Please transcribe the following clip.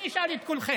אני אשאל את כולכם,